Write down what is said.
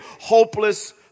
hopeless